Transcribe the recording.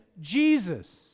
Jesus